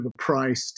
overpriced